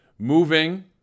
moving